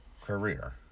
career